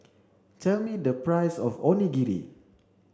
tell me the price of Onigiri